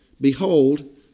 Behold